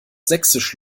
sächsisch